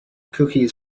cookies